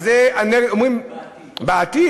בעתיד, בעתיד.